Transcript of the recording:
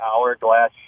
hourglass